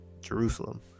jerusalem